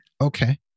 Okay